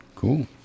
cool